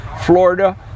Florida